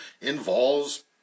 involves